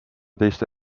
teiste